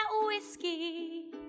whiskey